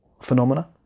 phenomena